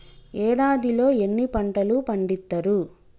ఏడాదిలో ఎన్ని పంటలు పండిత్తరు?